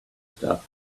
stuff